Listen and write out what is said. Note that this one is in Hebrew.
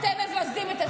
אתם מבזים את הציבור.